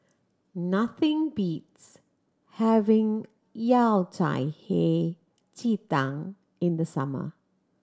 nothing beats having Yao Cai Hei Ji Tang in the summer